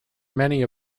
many